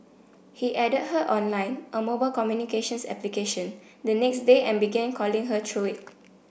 he added her on Line a mobile communications application the next day and began calling her through it